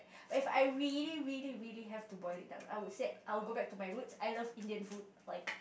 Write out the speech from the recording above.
if I really really really have to boil it out I would say I will go back to my rules I love Indian food like